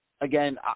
again